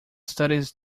studies